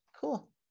Cool